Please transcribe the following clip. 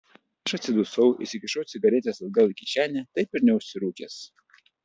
aš atsidusau įsikišau cigaretes atgal į kišenę taip ir neužsirūkęs